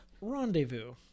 Rendezvous